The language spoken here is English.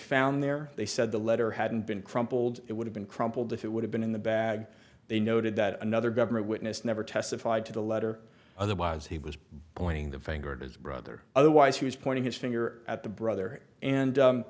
found there they said the letter hadn't been crumpled it would have been crumpled if it would have been in the bag they noted that another government witness never testified to the letter otherwise he was pointing the finger at his brother otherwise he was pointing his finger at the brother and